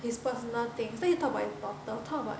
his personal things then he talk about his daughter talk about